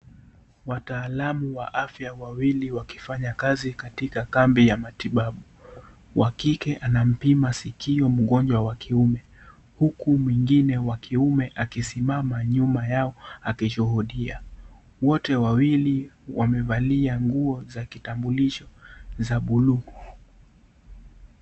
Wataalamu wa afya wawili wakifanya kazi katika kambi ya matibabu. Wa kike anampima sikio mgonjwa wa kiume, huku mwingine wa kiume akisimama nyuma yao akishuhudia. Wote wawili wamevalia nguo za kitambulisho za bluu.